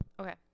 Okay